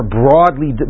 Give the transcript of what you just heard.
broadly